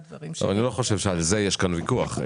אני לא חושב שעל זה יש כאן ויכוח.